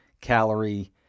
calorie